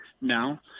now